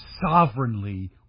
sovereignly